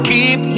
Keep